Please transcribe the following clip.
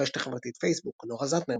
ברשת החברתית פייסבוק נורה זהטנר,